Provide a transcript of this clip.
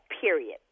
period